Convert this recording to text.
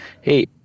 hey